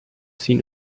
seen